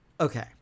Okay